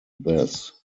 this